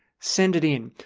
send it in.